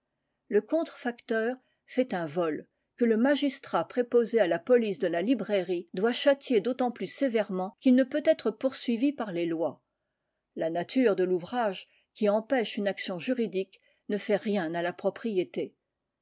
le contrefacteur fait un vol que le magistrat préposé à la police de la librairie doit châtier d'autant plus sévèrement qu'il ne peut être poursuivi par les lois la nature de l'ouvrage qui empêche une action juridique ne fait rien à la propriété